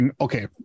Okay